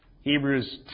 Hebrews